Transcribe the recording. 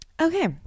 Okay